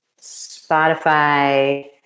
spotify